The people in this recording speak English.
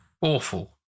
Awful